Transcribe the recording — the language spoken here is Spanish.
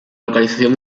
localización